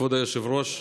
כבוד היושב-ראש,